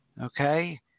Okay